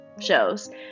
shows